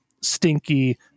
stinky